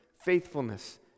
faithfulness